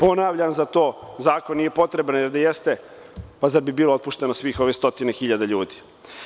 Ponavljam zato, zakon nije potreban, jer da jeste, pa zar bi bilo otpušteno svih ovih stotine hiljada ljudi?